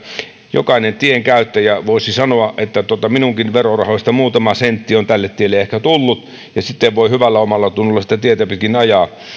jokainen tienkäyttäjä voisi sanoa että minunkin verorahoistani muutama sentti on tälle tielle ehkä tullut ja siten voin hyvällä omalla tunnolla tätä tietä pitkin ajaa